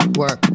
work